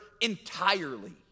entirely